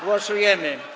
Głosujemy.